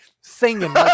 singing